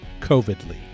COVIDly